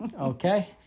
Okay